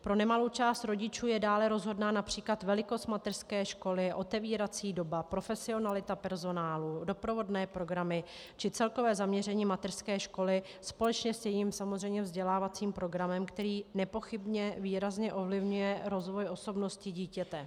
Pro nemalou část rodičů je dále rozhodná např. velikost mateřské školy, otevírací doba, profesionalita personálu, doprovodné programy či celkové zaměření mateřské školy společně s jejím, samozřejmě, vzdělávacím programem, který nepochybně výrazně ovlivňuje rozvoj osobnosti dítěte.